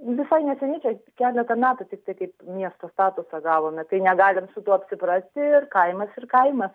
visai neseniai kiek keletą metų tiktai kaip miesto statusą gavome tai negalim su tuo apsiprasti ir kaimas ir kaimas